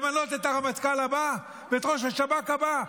למנות את הרמטכ"ל הבא ואת ראש השב"כ הבא?